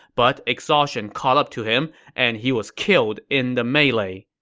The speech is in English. but exhaustion caught up to him, and he was killed in the melee.